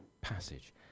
passage